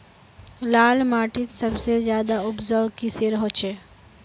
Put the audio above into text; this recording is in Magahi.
लाल माटित सबसे ज्यादा उपजाऊ किसेर होचए?